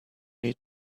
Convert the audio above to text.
need